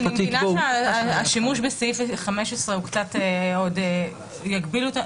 אני מבינה שהשימוש בסעיף 15 הוא קצת עוד יגביל אותנו.